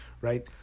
right